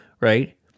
right